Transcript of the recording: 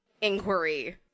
inquiry